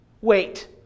Wait